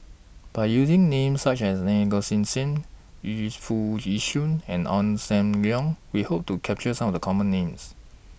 By using Names such as Naa Govindasamy Yu Foo Yee Shoon and Ong SAM Leong We Hope to capture Some of The Common Names